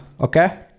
okay